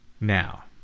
Now